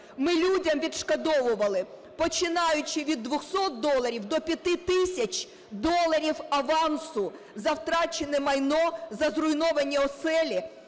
Ми людям відшкодовували, починаючи від 200 доларів до 5 тисяч доларів авансу за втрачене майно, за зруйновані оселі.